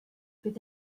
bydd